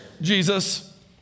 Jesus